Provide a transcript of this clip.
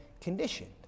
conditioned